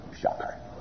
shocker